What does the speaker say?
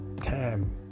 time